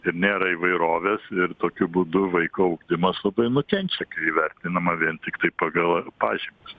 ir nėra įvairovės ir tokiu būdu vaiko ugdymas labai nukenčia įvertinama vien tiktai pagal pažymius